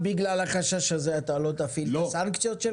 בגלל החשש הזה אתה לא תפעיל את הסנקציות שלך?